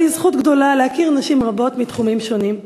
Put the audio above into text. לי זכות גדולה להכיר נשים רבות מתחומים שונים.